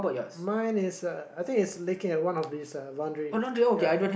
mine is uh I think it's licking on one of these uh laundry ya